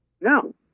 No